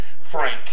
Frank